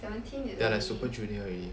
they are like super junior already